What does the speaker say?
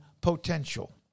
potential